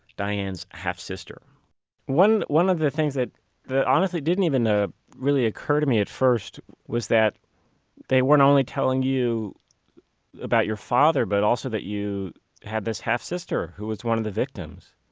diane's half-sister one one of the things that honestly didn't even ah really occur to me at first was that they weren't only telling you about your father but also that you had this half-sister who was one of the victims.